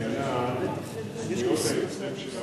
שעניינה זכויות היוצרים של האמן,